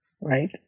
right